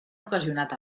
ocasionat